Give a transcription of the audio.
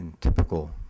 typical